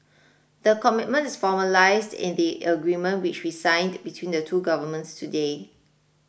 the commitment formalised in the agreement which we signed between the two governments today